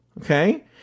okay